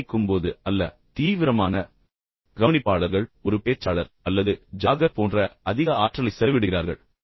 ஆனால் கவனிக்கும் போது அல்ல ஆனால் தீவிரமான கவனிப்பாளர்கள் ஒரு பேச்சாளர் அல்லது ஜாகர் போன்ற அதிக ஆற்றலை செலவிடுகிறார்கள்